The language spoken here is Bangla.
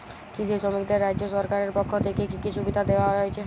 কৃষি শ্রমিকদের রাজ্য সরকারের পক্ষ থেকে কি কি সুবিধা দেওয়া হয়েছে?